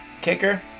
kicker